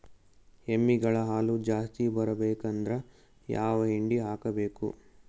ಎಮ್ಮಿ ಗಳ ಹಾಲು ಜಾಸ್ತಿ ಬರಬೇಕಂದ್ರ ಯಾವ ಹಿಂಡಿ ಹಾಕಬೇಕು?